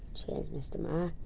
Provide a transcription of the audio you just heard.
cheers, mr mayor.